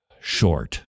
short